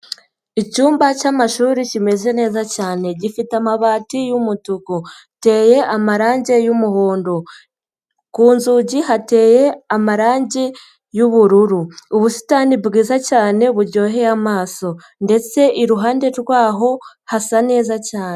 Icyumba cy'amashuri kimeze neza cyane gifite amabati y'umutuku, giteye amarange y'umuhondo, ku nzugi hateye amarangi y'ubururu, ubusitani bwiza cyane buryoheye amaso ndetse iruhande rw'aho hasa neza cyane.